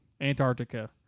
Antarctica